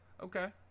Okay